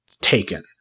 taken